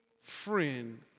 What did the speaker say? friend